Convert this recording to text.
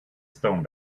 stone